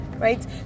Right